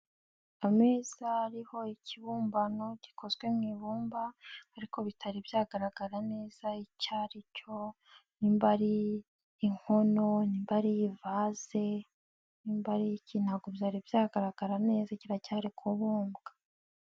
Ameza ariho ikibumbano gikozwe mu ibumba ariko bitari byagaragara neza icyo ari cyo nimba ari inkono, nimba ari ivaze, nimba ari iki, ntago byari byagaragara neza kiracyari kubumbwa.